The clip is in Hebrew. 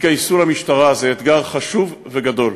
התגייסו למשטרה, זה אתגר חשוב וגדול.